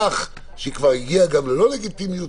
אחר כך הגיעה הביקורת הלא לגיטימית,